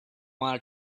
wanted